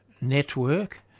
Network